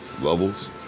levels